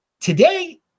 today